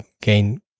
gain